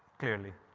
clearly!